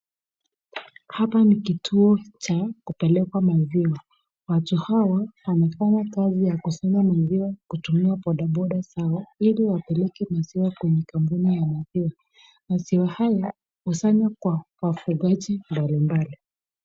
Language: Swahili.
Hapa ni kituo cha kupeleka maziwa, watu hawa wanafanya kazi ya kusanya maziwa kutumia bodaboda zao, ili wapeleke maziwa kwenye kampuni ya maziwa. Maziwa haya husanywa kwa wafugaji mbalimbali.